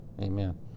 Amen